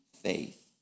faith